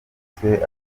biturutse